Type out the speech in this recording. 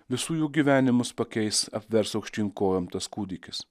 visų jų gyvenimus pakeis apvers aukštyn kojom tas kūdikis